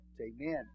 Amen